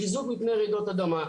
לחיזוק מפני רעידות אדמה.